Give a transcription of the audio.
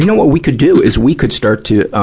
you know what we could do, is we could start to, ah,